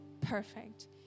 perfect